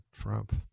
Trump